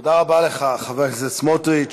תודה רבה לך, חבר הכנסת סמוטריץ.